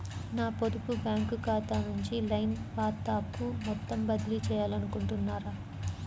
నా పొదుపు బ్యాంకు ఖాతా నుంచి లైన్ ఖాతాకు మొత్తం బదిలీ చేయాలనుకుంటున్నారా?